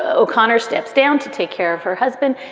o'connor steps down to take care of her husband.